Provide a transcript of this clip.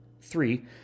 Three